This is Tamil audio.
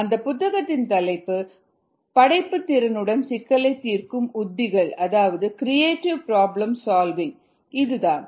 அந்த புத்தகத்தின் தலைப்பு படைப்புத்திறனுடன் சிக்கலை தீர்க்கும் உத்திகள் அதாவது க்ரியேட்டிவ் ப்ராப்ளம் சால்விங்க் இதுதான்